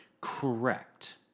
correct